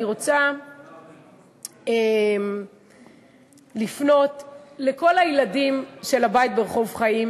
אני רוצה לפנות לכל הילדים של הבית ברחוב חיים,